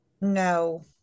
no